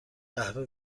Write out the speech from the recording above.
قهوه